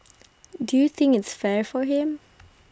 do you think its fair for him